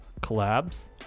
collabs